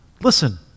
Listen